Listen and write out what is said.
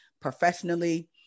professionally